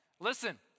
Listen